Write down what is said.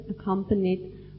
accompanied